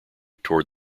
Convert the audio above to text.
toward